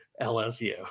LSU